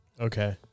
Okay